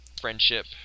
Friendship